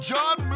John